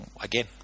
Again